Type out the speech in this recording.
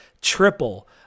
triple